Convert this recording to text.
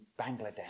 Bangladesh